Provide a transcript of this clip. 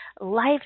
life